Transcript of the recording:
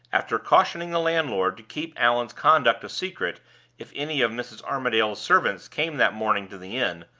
after cautioning the landlord to keep allan's conduct a secret if any of mrs. armadale's servants came that morning to the inn,